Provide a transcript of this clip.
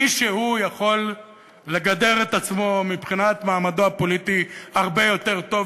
מישהו יכול לגדר את עצמו מבחינת מעמדו הפוליטי הרבה יותר טוב,